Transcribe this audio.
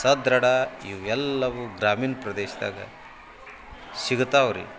ಸದೃಢ ಇವೆಲ್ಲವು ಗ್ರಾಮೀಣ ಪ್ರದೇಶದಾಗ ಸಿಗತಾವೆ ರಿ